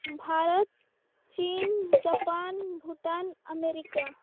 ᱵᱷᱟᱨᱚᱛ ᱪᱤᱱ Japan Bhutan America